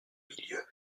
milieu